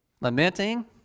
Lamenting